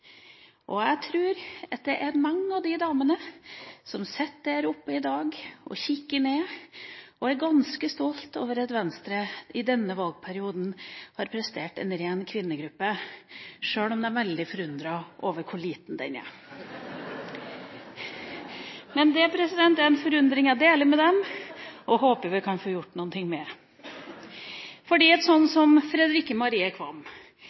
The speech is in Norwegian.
og kikker ned, som er ganske stolt over at Venstre i denne valgperioden har prestert en ren kvinnegruppe, sjøl om de er veldig forundret over hvor liten den er. Men det er en forundring jeg deler med dem, og som jeg håper vi kan få gjort noe med.